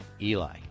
Eli